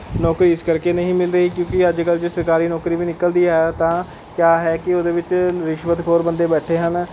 ਨੌਕਰੀ ਇਸ ਕਰਕੇ ਨਹੀਂ ਮਿਲ ਰਹੀ ਕਿਉਂਕਿ ਅੱਜ ਕੱਲ੍ਹ ਜੇ ਸਰਕਾਰੀ ਨੌਕਰੀ ਵੀ ਨਿਕਲਦੀ ਹੈ ਤਾਂ ਕਿਆ ਹੈ ਕਿ ਉਹਦੇ ਵਿੱਚ ਰਿਸ਼ਵਤਖੋਰ ਬੰਦੇ ਬੈਠੇ ਹਨ